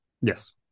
yes